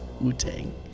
Wu-Tang